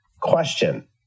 Question